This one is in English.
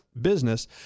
business